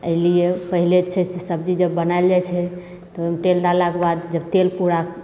एहि लिए पहिले छै से सबजी जब बनाएल जाइत छै तऽ ओहिमे तेल डाललाके बाद जब तेल पूरा